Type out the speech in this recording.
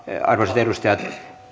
arvoisat edustajat